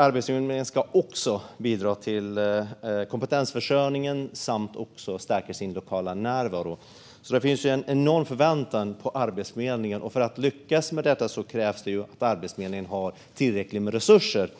Arbetsförmedlingen ska också bidra till kompetensförsörjningen samt stärka sin lokala närvaro. Det finns alltså en enorm förväntan på Arbetsförmedlingen. För att man ska lyckas med detta krävs det att man har tillräckligt med resurser.